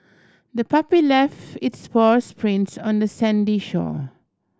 the puppy left its paws prints on the sandy shore